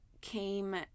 came